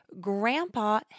Grandpa